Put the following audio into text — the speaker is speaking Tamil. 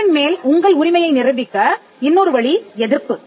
பொருளின் மேல் உங்கள் உரிமையை நிரூபிக்க இன்னொரு வழி எதிர்ப்பு